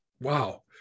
wow